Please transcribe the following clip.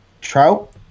Trout